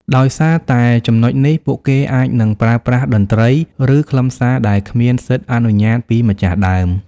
ដោយសារតែចំណុចនេះ ពួកគេអាចនឹងប្រើប្រាស់តន្ត្រី ឬខ្លឹមសារដែលគ្មានសិទ្ធិអនុញ្ញាតពីម្ចាស់ដើម។